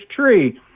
tree